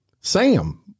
Sam